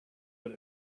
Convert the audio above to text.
what